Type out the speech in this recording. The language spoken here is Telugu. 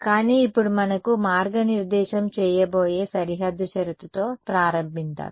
కానీ ఇప్పుడు మనకు మార్గనిర్దేశం చేయబోయే సరిహద్దు షరతు తో ప్రారంభిద్దాం